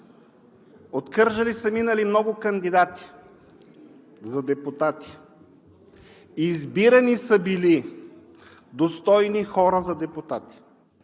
от Кърджали са минали много кандидати за депутати, избирани са били достойни хора за депутати,